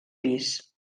pis